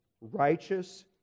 righteous